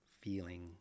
feeling